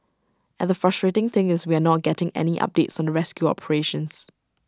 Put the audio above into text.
and the frustrating thing is we are not getting any updates on the rescue operations